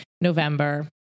November